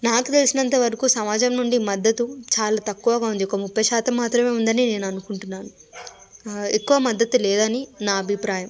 నాకు తెలిసినంతవరకు సమాజం నుండి మద్దతు చాలా తక్కువగా ఉంది ఒక ముప్ఫై శాతం మాత్రమే ఉందని నేను అనుకుంటున్నాను ఆ ఎక్కువ మద్దతు లేదని నా అభిప్రాయం